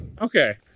Okay